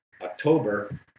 October